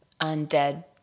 Undead